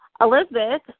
Elizabeth